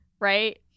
right